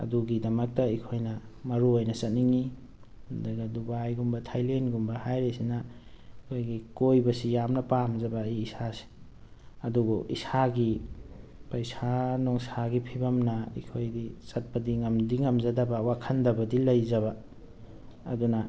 ꯑꯗꯨꯒꯤꯗꯃꯛꯇ ꯑꯩꯈꯣꯏꯅ ꯃꯔꯨ ꯑꯣꯏꯅ ꯆꯠꯅꯤꯡꯉꯤ ꯑꯗꯨꯒ ꯗꯨꯕꯥꯏꯒꯨꯝꯕ ꯊꯥꯏꯂꯦꯟꯒꯨꯝꯕ ꯍꯥꯏꯔꯤꯁꯤꯅ ꯑꯩꯈꯣꯏꯒꯤ ꯀꯣꯏꯕꯁꯤ ꯌꯥꯝꯅ ꯄꯥꯝꯖꯕ ꯑꯩ ꯏꯁꯥꯁꯤ ꯑꯗꯨꯕꯨ ꯏꯁꯥꯒꯤ ꯄꯩꯁꯥ ꯅꯨꯡꯁꯥꯒꯤ ꯐꯤꯕꯝꯅ ꯑꯩꯈꯣꯏꯒꯤ ꯆꯠꯄꯗꯤ ꯉꯝꯗꯤ ꯉꯝꯖꯗꯕ ꯋꯥꯈꯜꯗꯕꯨꯗꯤ ꯂꯩꯖꯕ ꯑꯗꯨꯅ